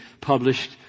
published